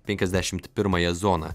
penkiasdešim pirmąją zoną